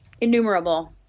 innumerable